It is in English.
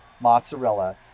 mozzarella